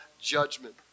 judgment